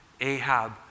Ahab